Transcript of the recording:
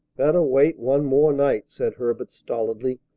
better wait one more night, said herbert stolidly.